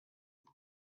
you